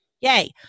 Yay